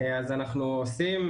אז אנחנו עושים.